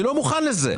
אני לא מוכן לזה.